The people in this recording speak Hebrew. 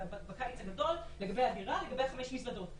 בקיץ הגדול לגבי הדירה, לגבי חמש המזוודות.